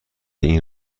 این